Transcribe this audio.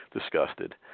disgusted